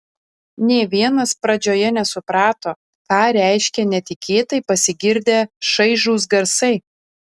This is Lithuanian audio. nė vienas pradžioje nesuprato ką reiškia netikėtai pasigirdę šaižūs garsai